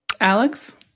Alex